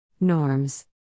Norms